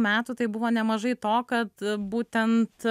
metų tai buvo nemažai to kad būtent